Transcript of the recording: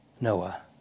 Noah